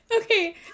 Okay